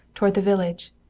toward the village.